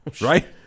Right